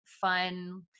fun